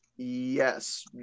Yes